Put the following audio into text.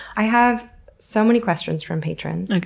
i have so many questions from patrons. okay.